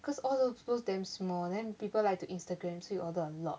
cause all the bowls damn small then people like to instagram so you order a lot